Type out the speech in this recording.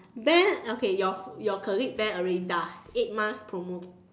then okay your your colleague then already does eight months promo